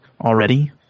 already